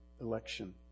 election